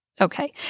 Okay